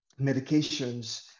medications